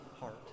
heart